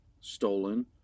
stolen